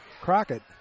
Crockett